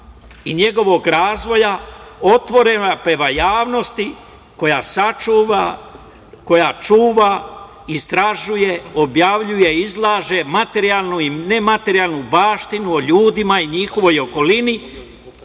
i njegovog razvoja, otvorena prema javnosti, koja čuva, istražuje, objavljuje, izlaže materijalnu i nematerijalnu baštinu o ljudima i njihovoj okolini,